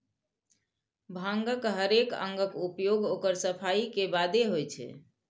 भांगक हरेक अंगक उपयोग ओकर सफाइ के बादे होइ छै